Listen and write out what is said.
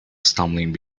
stumbling